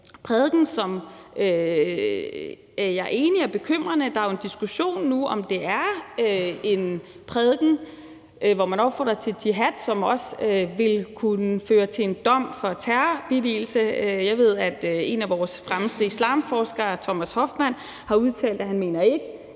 prædiken sted, som jeg er enig i er bekymrende. Der er jo nu en diskussion af, om det er en prædiken, hvor man opfordrer til jihad, og som også vil kunne føre til en dom for billigelse af terror. Jeg ved, at en af vores fremmeste islamforskere, Thomas Hoffmann, har udtalt, at han ikke